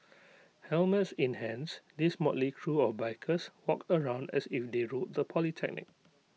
helmets in hands these motley crew of bikers walked around as if they ruled the polytechnic